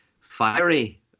fiery